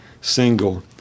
single